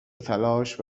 تلاش